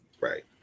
Right